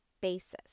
basis